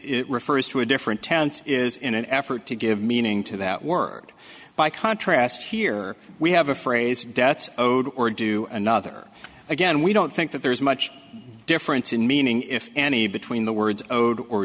it refers to a different tense is in an effort to give meaning to that word by contrast here we have a phrase debts owed or do another again we don't think that there's much difference in meaning if any between the words owed or